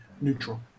neutral